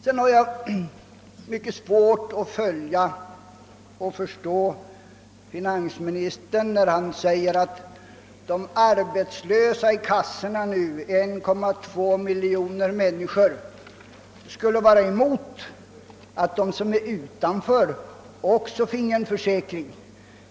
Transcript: Sedan har jag mycket svårt att förstå finansministern när han säger att de till arbetslöshetskassorna anmälda, 1,2 miljon människor, skulle vara motståndare till att de som står utanför kassorna också får en försäkring.